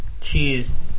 cheese